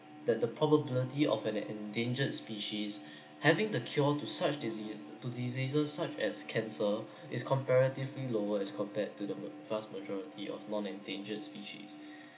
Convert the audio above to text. the the probability of an endangered species having the cure to such disease to diseases such as cancer is comparatively lower as compared to the vast majority of non endangered species